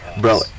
Bro